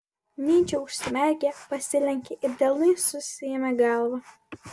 nyčė užsimerkė pasilenkė ir delnais susiėmė galvą